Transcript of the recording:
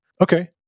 okay